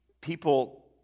People